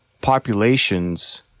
populations